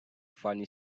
funny